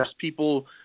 people –